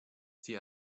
sie